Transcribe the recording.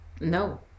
No